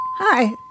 Hi